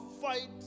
fight